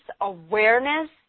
awareness